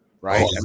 right